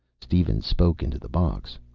steven spoke into the box.